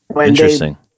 Interesting